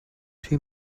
too